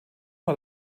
war